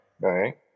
Right